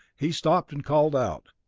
he stopped and called out,